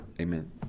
Amen